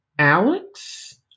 Alex